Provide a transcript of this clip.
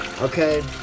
okay